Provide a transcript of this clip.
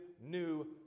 new